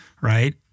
right